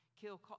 kill